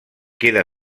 queda